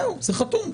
זהו, זה חתום.